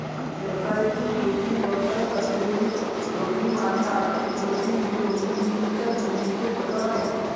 व्यवसायातील जोखीम, व्यवसाय नसलेली जोखीम आणि आर्थिक जोखीम हे गुंतवणुकीच्या जोखमीचे प्रकार आहेत